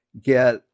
get